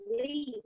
leave